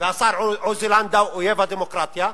והשר עוזי לנדאו, אויב הדמוקרטיה,